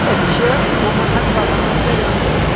أسۍ چھِ عموماً حظ بَتہٕ اَنان گَری سۭتۍ